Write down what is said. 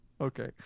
Okay